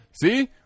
see